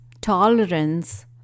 tolerance